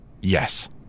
Yes